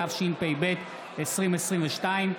התשפ"ב 2022,